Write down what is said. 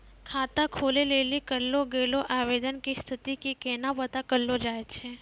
खाता खोलै लेली करलो गेलो आवेदन के स्थिति के केना पता करलो जाय छै?